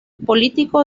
político